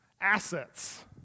assets